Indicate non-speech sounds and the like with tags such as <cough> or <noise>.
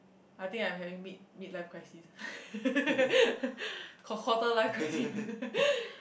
I think I'm having mid mid life crisis <laughs> quar~ quarter life crisis